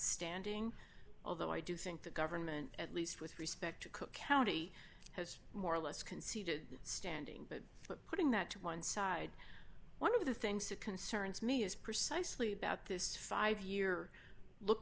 standing although i do think the government at least with respect to cook county has more or less conceded standing but but putting that to one side one of the things that concerns me is precisely about this five year look